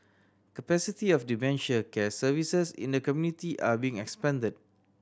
capacity of dementia care services in the community are being expanded